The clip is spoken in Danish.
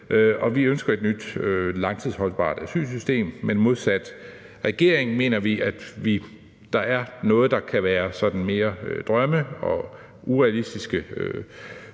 vi ønsker et nyt, langtidsholdbart asylsystem. Men modsat regeringen mener vi, at der er noget, der kan være sådan mere drømme og urealistiske